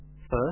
First